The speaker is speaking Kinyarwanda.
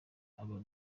aba